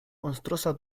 monstruosa